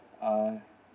uh